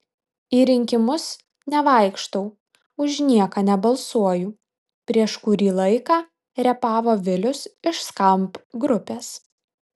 į rinkimus nevaikštau už nieką nebalsuoju prieš kurį laiką repavo vilius iš skamp grupės